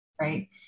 right